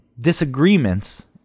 disagreements